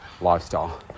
lifestyle